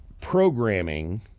programming